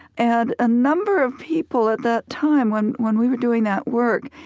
and a number of people at that time when when we were doing that work,